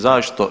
Zašto?